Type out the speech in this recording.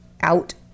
out